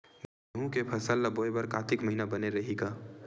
गेहूं के फसल ल बोय बर कातिक महिना बने रहि का?